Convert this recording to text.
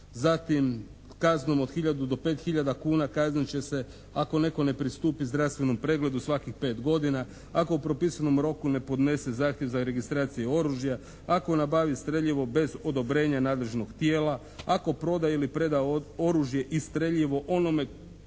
Zatim, kaznom od hiljadu do 5 hiljada kuna kaznit će se ako netko ne pristupi zdravstvenom pregledu svakih 5 godina, ako u propisanom roku ne podnese zahtjev za registraciju oružja, ako nabavi streljivo bez odobrenja nadležnog tijela, ako proda ili preda oružje i streljivo onome tko nema